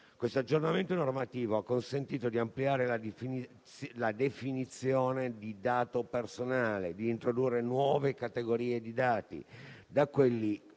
Questo aggiornamento normativo ha consentito di ampliare la definizione di dato personale; di introdurre nuove categorie di dati, da quelli